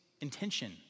intention